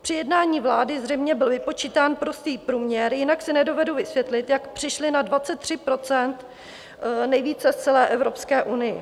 Při jednání vlády zřejmě byl vypočítán prostý průměr, jinak si nedovedu vysvětlit, jak přišli na 23 % nejvíce z celé Evropské unie.